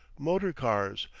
motor-cars,